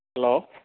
hello